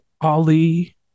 Ali